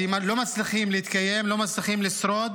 שלא מצליחים להתקיים, לא מצליחים לשרוד,